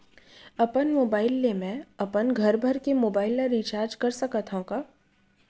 अपन मोबाइल ले मैं अपन घरभर के मोबाइल ला रिचार्ज कर सकत हव का?